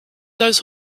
those